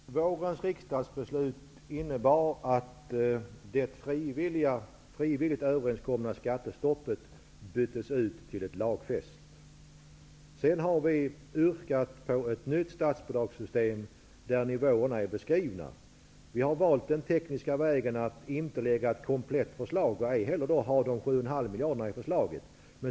Herr talman! Vårens riksdagsbeslut innebar att det frivilligt överenskomna skattestoppet ersattes med ett lagfäst. Sedan har vi yrkat på att det skall införas ett nytt statsbidragssystem, där nivåerna är beskrivna. Vi har valt den tekniska vägen att inte lägga fram ett komplett förslag -- därmed ingår inte de 7,5 miljarderna i förslaget.